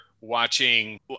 watching